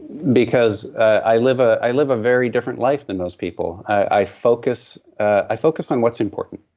because i live ah i live a very different life than most people. i focus i focus on what's important.